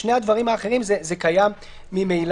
בשני הדברים האחרים זה קיים ממילא.